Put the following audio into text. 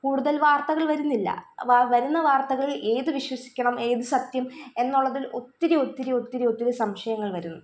കൂടുതല് വാര്ത്തകള് വരുന്നില്ല വാ വരുന്ന വാര്ത്തകളിൽ ഏത് വിശ്വസിക്കണം ഏത് സത്യം എന്നുള്ളതിൽ ഒത്തിരിയൊത്തിരി ഒത്തിരിയൊത്തിരി സംശയങ്ങള് വരുന്നു